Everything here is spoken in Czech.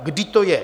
Kdy to je?